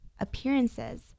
appearances